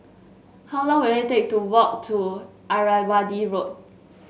how long will it take to walk to Irrawaddy Road